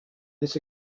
this